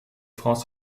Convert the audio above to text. france